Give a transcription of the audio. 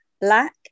black